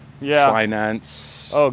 finance